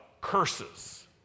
Curses